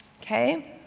Okay